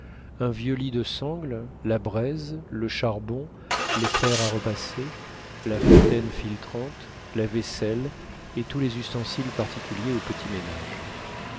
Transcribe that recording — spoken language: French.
un vieux lit de sangles la braise le charbon les fers à repasser la fontaine filtrante la vaisselle et tous les ustensiles particuliers aux petits